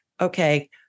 okay